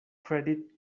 credit